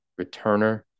returner